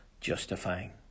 justifying